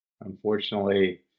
Unfortunately